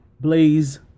Blaze